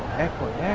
ecuador